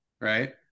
right